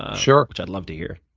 sure. which i'd love to hear.